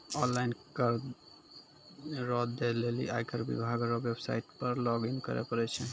online कर रो दै लेली आयकर विभाग रो वेवसाईट पर लॉगइन करै परै छै